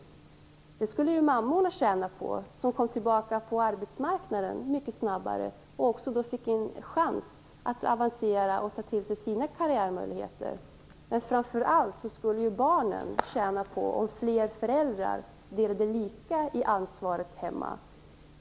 Det skulle mammorna tjäna på, som kom tillbaka på arbetsmarknaden mycket snabbare och även fick en chans att avancera och ta till sig sina karriärmöjligheter. Men framför allt skulle barnen tjäna på om fler föräldrar delade ansvaret hemma lika.